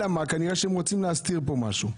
אלא מה, כנראה שהם רוצים להסתיר פה משהו.